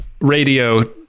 radio